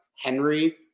Henry